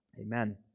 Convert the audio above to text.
Amen